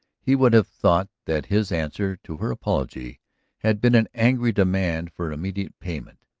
he would have thought that his answer to her apology had been an angry demand for immediate payment.